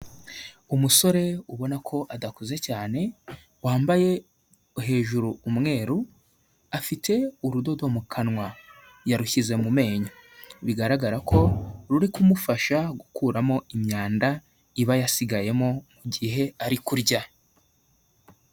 Umusore ubona ko adakuze cyane wambaye hejuru umweru, afite urudodo mu kanwa yarushyize mu menyo, bigaragara ko ruri kumufasha gukuramo imyanda iba yasigayemo mu gihe ari kurya.